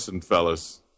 fellas